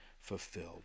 fulfilled